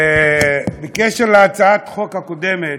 בקשר להצעת החוק הקודמת,